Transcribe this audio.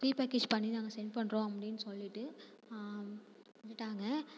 pre package பண்ணி நாங்கள் sent பண்ணுறோம் அப்படின்னு சொல்லிவிட்டு சொல்லிவிட்டாங்க